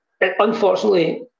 unfortunately